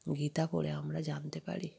গীতা পড়ে আমরা জানতে পারি